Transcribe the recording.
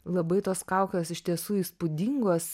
labai tos kaukės iš tiesų įspūdingos